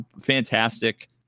fantastic